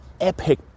epic